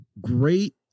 great